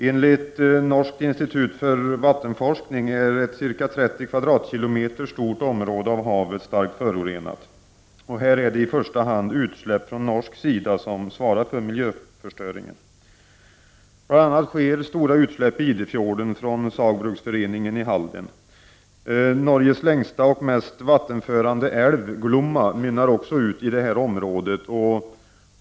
Enligt Norsk Institutt for vannforskning är ett ca 30 kvadratkilometer stort område av havet starkt förorenat. Det är här i första hand utsläpp från norsk sida som svarar för miljöförstöringen. Det sker bl.a. stora utsläpp i Idefjorden från Saugbrugsforeningen i Halden. Norges längsta och mest vattenförande älv, Glåma, mynnar också ut i området.